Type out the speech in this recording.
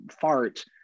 fart